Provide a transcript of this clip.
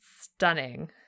stunning